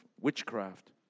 witchcraft